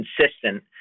consistent